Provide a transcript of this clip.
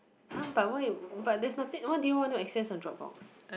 !huh! but why you there's nothing what do you want to access on Dropbox